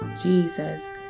Jesus